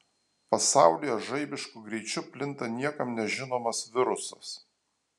pasaulyje žaibišku greičiu plinta niekam nežinomas virusas